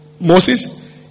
Moses